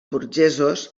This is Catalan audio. burgesos